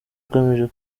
agamije